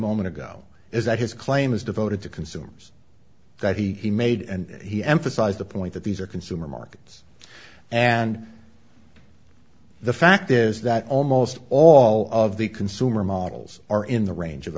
moment ago is that his claim is devoted to consumers that he made and he emphasized the point that these are consumer markets and the fact is that almost all of the consumer models are in the range of